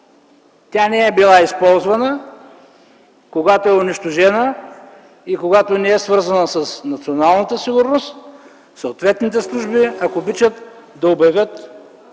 тя не е била използвана, когато е унищожена и когато не е свързана с националната сигурност, съответните служби да обявят